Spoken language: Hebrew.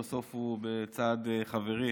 ובסוף הוא בצעד חברי